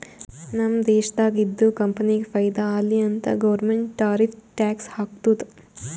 ನಮ್ ದೇಶ್ದಾಗ್ ಇದ್ದಿವ್ ಕಂಪನಿಗ ಫೈದಾ ಆಲಿ ಅಂತ್ ಗೌರ್ಮೆಂಟ್ ಟಾರಿಫ್ ಟ್ಯಾಕ್ಸ್ ಹಾಕ್ತುದ್